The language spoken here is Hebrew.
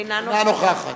אינה נוכחת